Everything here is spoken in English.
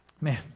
man